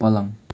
पलङ